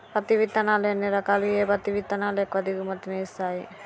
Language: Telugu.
పత్తి విత్తనాలు ఎన్ని రకాలు, ఏ పత్తి విత్తనాలు ఎక్కువ దిగుమతి ని ఇస్తాయి?